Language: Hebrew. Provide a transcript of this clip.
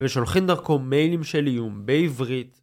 ושולחים דרכו מיילים של איום בעברית